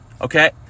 okay